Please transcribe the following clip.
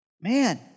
man